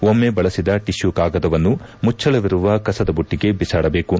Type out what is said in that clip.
ಒಮ್ನೆ ಬಳಸಿದ ಟಿಷ್ಯೂ ಕಾಗದವನ್ನು ತಕ್ಷಣ ಮುಚ್ಚಳವಿರುವ ಕಸದ ಬುಟ್ಷಿಗೆ ಬಿಸಾಡಬೇಕು